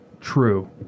True